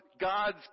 God's